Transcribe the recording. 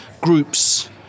groups